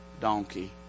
donkey